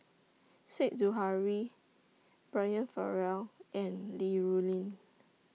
Said Zahari Brian Farrell and Li Rulin